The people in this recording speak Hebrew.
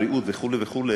בריאות וכו' וכו',